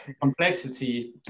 complexity